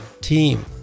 team